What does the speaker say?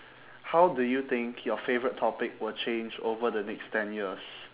how do you think your favourite topic will change over the next ten years